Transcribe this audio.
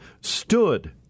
stood